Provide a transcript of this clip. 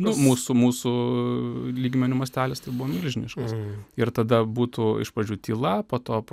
nu mūsų mūsų lygmeniu mastelis tai buvo milžiniškas ir tada būtų iš pradžių tyla po to